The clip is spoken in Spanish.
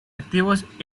activos